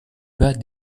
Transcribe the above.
pas